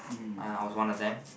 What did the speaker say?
mmhmm